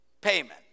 payment